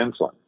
insulin